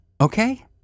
okay